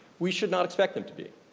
we should not expect them to be.